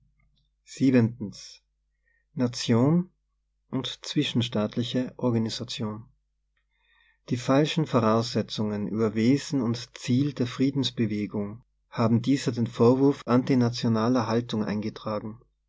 nation und zwischenstaatliche organisation die falschen voraussetzungen über wesen und ziel der friedensbewegung haben dieser den vorwurf ant'u nationaler haltung eingetragen